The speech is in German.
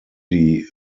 die